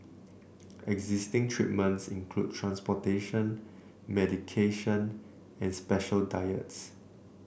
existing treatments include transportation medication and special diets